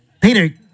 Peter